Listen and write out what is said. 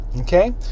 Okay